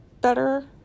better